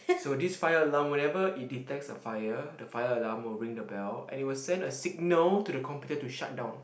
so this fire alarm whenever it detects the fire the fire alarm will ring the bell and it will send a signal to the computer to shut down